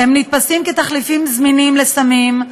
הם נתפסים כתחליפים זמינים לסמים,